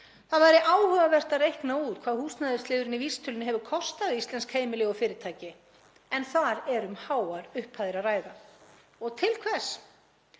Það væri áhugavert að reikna út hvað húsnæðisliðurinn í vísitölunni hefur kostað íslensk heimili og fyrirtæki en þar er um háar upphæðir að ræða. Og til hvers?